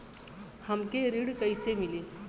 हमके ऋण कईसे मिली?